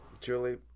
Julie